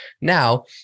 Now